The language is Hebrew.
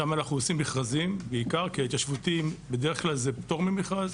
שם אנחנו עושים מכרזים בעיקר כי ההתיישבותיים בדרך כלל זה פטור ממכרז,